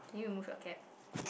can you remove your cap